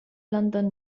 لندن